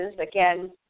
Again